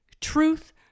truth